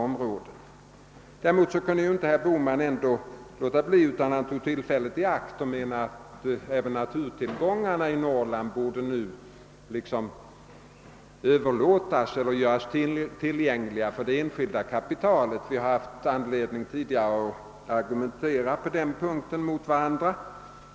Vidare kunde herr Bohman inte låta bli att ta tillfället i akt att framhålla att även naturtillgångarna i Norrland borde göras tillgängliga för det enskilda kapi talet. Vi har tidigare haft anledning att argumentera mot varandra på den punkten.